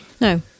No